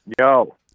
Yo